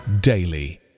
daily